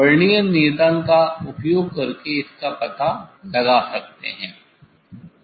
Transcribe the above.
vernier नियतांक का उपयोग करके इसका पता लगा सकते हैं